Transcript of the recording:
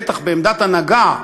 בטח בעמדת הנהגה,